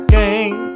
game